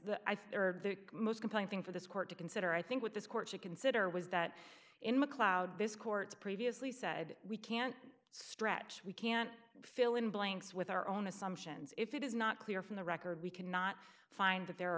are the most compelling thing for this court to consider i think with this court to consider was that in mcleod this court's previously said we can't stretch we can't fill in blanks with our own assumptions if it is not clear from the record we cannot find that there